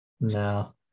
No